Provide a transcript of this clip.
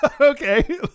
Okay